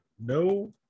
no